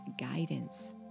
guidance